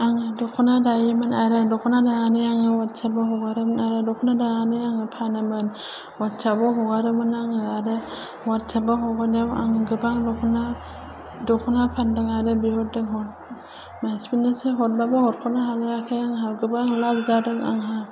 आङो दख'ना दायोमोन आरो दख'ना दानानै आङो वाट्सापआव हगारोमोन आरो दख'ना दानानै आङो फानोमोन वाट्सापआव हगारोमोन आङो आरो वाट्सापआव हगारनायाव आङो गोबां दख'ना दख'ना फान्दों आरो बिहरदों हर मानसिफोरनोसो हरबाबो हरख'नो हालायाखै आंहा गोबां लाभ जादों आंहा